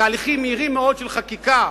תהליכים מהירים מאוד של חקיקה,